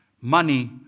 money